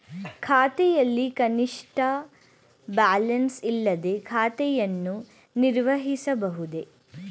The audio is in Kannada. ಖಾತೆಯಲ್ಲಿ ಕನಿಷ್ಠ ಬ್ಯಾಲೆನ್ಸ್ ಇಲ್ಲದೆ ಖಾತೆಯನ್ನು ನಿರ್ವಹಿಸಬಹುದೇ?